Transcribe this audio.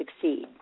succeed